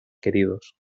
queridos